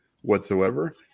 whatsoever